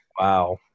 Wow